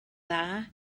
dda